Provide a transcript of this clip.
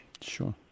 Sure